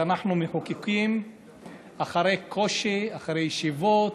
שאנחנו מחוקקים אחרי קושי, אחרי ישיבות,